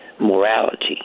morality